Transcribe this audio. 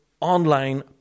online